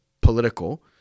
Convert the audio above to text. political